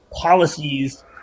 policies